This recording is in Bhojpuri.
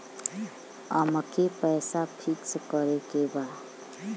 अमके पैसा फिक्स करे के बा?